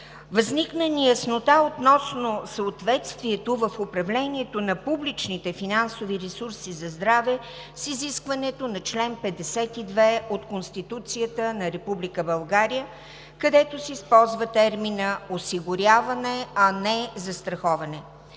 Възникна неяснота относно съответствието в управлението на публичните финансови ресурси за здраве с изискването на чл. 52 от Конституцията на Република България, където се използва терминът „осигуряване“, а не „застраховане“.